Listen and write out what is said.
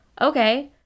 Okay